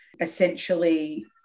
essentially